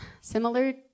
Similar